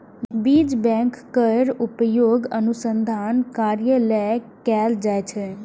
बीज बैंक केर उपयोग अनुसंधान कार्य लेल कैल जाइ छै